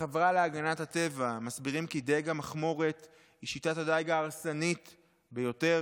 בחברה להגנת הטבע מסבירים כי דיג המכמורת הוא שיטת הדיג ההרסנית ביותר,